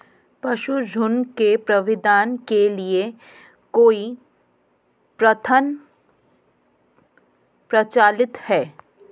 पशुझुण्ड के प्रबंधन के लिए कई प्रथाएं प्रचलित हैं